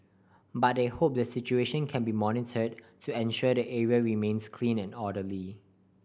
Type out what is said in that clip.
but they hope the situation can be monitored to ensure the area remains clean and orderly